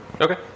Okay